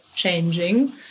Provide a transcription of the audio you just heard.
Changing